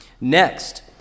next